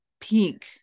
pink